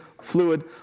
fluid